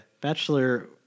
Bachelor